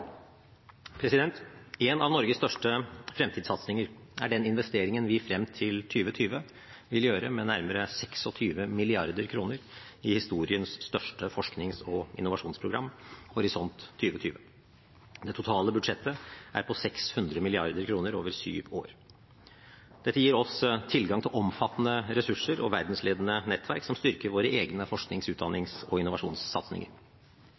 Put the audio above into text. En av Norges største fremtidssatsinger er den investeringen vi frem til 2020 vil gjøre med nærmere 26 mrd. kr i historiens største forsknings- og innovasjonsprogram, Horisont 2020. Det totale budsjettet er på 600 mrd. kr over syv år. Dette gir oss tilgang til omfattende ressurser og verdensledende nettverk som styrker våre egne forsknings-,